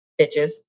bitches